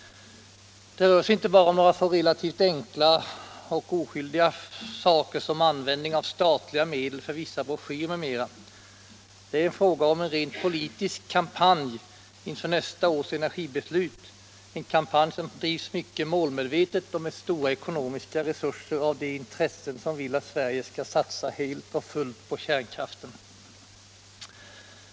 Det rör sig inte bara om något så relativt oskyldigt som ”användningen av statliga medel för vissa broschyrer m.m.”. Det är fråga om en rent politisk kampanj inför nästa års energibeslut, en kampanj som bedrivs mycket målmedvetet och med stora ekonomiska resurser av de intressen som vill att Sverige skall satsa helt och fullt på kärnkraften.